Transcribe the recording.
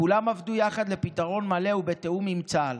כולם עבדו יחד לפתרון מלא ובתיאום עם צה"ל,